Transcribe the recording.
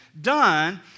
done